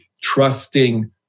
trusting